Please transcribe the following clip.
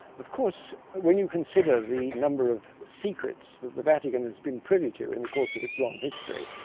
of course, when you consider the number of secrets that the vatican has been privy to in the course of its long history,